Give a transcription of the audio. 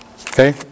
Okay